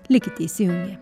likite įsijungę